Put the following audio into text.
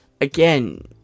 Again